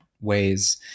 ways